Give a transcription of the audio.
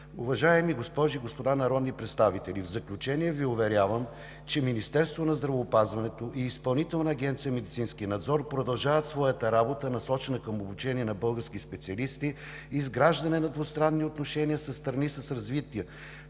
Уважаеми госпожи и господа народни представители, в заключение Ви уверявам, че Министерството на здравеопазването и Изпълнителната агенция „Медицински надзор“ продължават своята работа, насочена към обучения на български специалисти, изграждане на двустранни отношения със страни с развити